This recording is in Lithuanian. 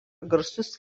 garsus